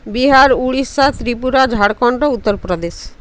Bihar Orissa Tripura Jharkhand Uttar Pradesh